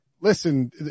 listen